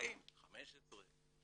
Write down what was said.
באים 15,